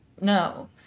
no